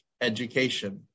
education